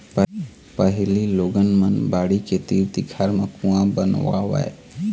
पहिली लोगन मन बाड़ी के तीर तिखार म कुँआ बनवावय